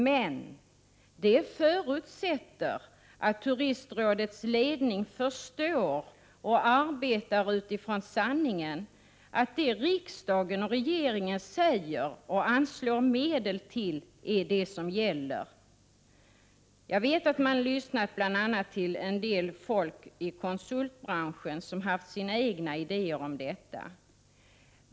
Men det förutsätter att Turistrådets ledning förstår och arbetar utifrån sanningen, att det riksdagen och regeringen säger och anslår medel till är det som gäller. Jag vet att man bl.a. lyssnat en hel del på folk i konsultbranschen som haft sina egna idéer om detta.